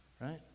Right